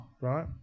right